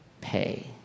pay